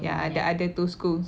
ya the other two schools